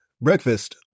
Breakfast